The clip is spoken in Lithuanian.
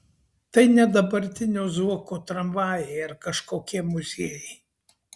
tai ne dabartinio zuoko tramvajai ar kažkokie muziejai